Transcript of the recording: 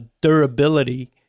Durability